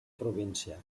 província